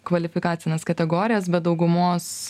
kvalifikacines kategorijas bet daugumos